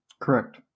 Correct